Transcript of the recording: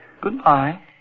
Goodbye